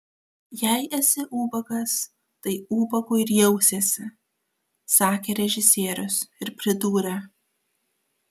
jei esi ubagas tai ubagu ir jausiesi sakė režisierius ir pridūrė